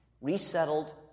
resettled